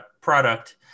product